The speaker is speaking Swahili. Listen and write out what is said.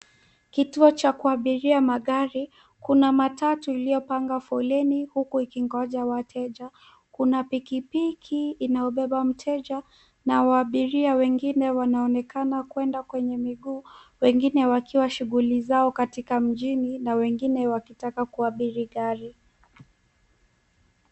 Kituo cha kuabiria magari, kuna matatu iliyopanga foleni huku ikingoja wateja. Kuna pikipiki inayobeba mteja na abiria wengine wanaonekana kuenda kwenye miguu, wengine wakiwa shughuli zao katika mjini na wengine wakitaka kuabiri gari.